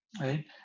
Right